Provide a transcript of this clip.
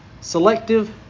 selective